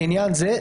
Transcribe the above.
לעניין זה,